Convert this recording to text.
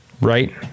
Right